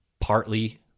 partly